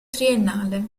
triennale